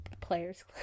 Players